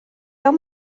gael